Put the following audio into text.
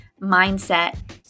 mindset